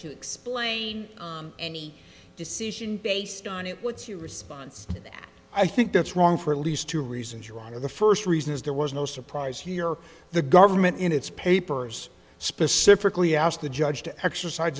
to explain any decision based on it what's your response that i think that's wrong for at least two reasons your honor the first reason is there was no surprise here the government in its papers specifically asked the judge to exercise